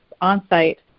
on-site